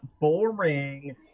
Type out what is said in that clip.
boring